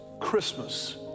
Christmas